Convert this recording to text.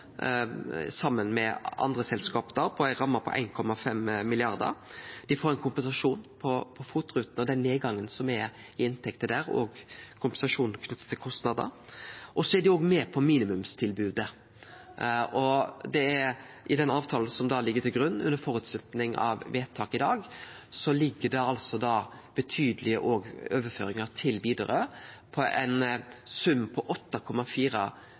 saman med andre selskap, med ei ramme på 1,5 mrd. kr. Dei får kompensasjon for FOT-rutene og den nedgangen som er i inntekter der, og kompensasjon knytt til kostnader, og så er dei òg med på minimumstilbodet. I den avtalen som ligg til grunn, under føresetnad om vedtak i dag, ligg det betydelege overføringar òg til Widerøe, ein sum på 8,4